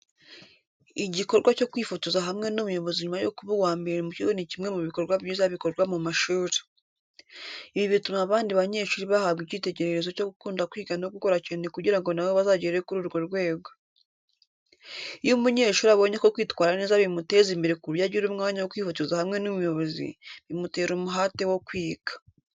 Igikorwa cyo kwifotoza hamwe n’umuyobozi nyuma yo kuba uwa mbere mu kigo ni kimwe mu bikorwa byiza bikorwa mu mashuri. Ibi bituma abandi banyeshuri bahabwa icyitegererezo cyo gukunda kwiga no gukora cyane kugira ngo na bo bazagere kuri uwo rwego. Iyo umunyeshuri abonye ko kwitwara neza bimuteza imbere ku buryo agira umwanya wo kwifotoza hamwe n’umuyobozi, bimutera umuhate wo kwiga.